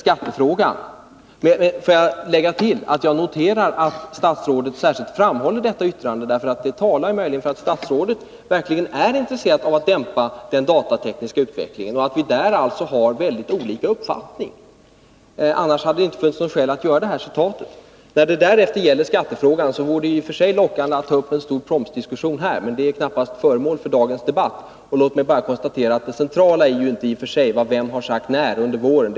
Jag noterar att statsrådet särskilt framhåller yttrandet från banktjänstemännen. Det talar möjligen för att statsrådet verkligen är intresserad av att dämpa den datatekniska utvecklingen och att vi där alltså har väldigt olika uppfattningar; annars hade det inte funnits någon anledning att göra detta citat. När det gäller skattefrågan vore det i och för sig lockande att ta upp en stor promsdiskussion här, men dagens debatt är knappast rätt forum för en sådan. Låt mig bara konstatera att det centrala i och för sig inte är vem som sagt vad under våren.